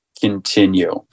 continue